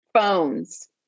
phones